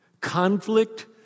Conflict